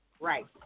Right